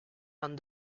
anne